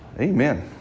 Amen